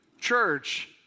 church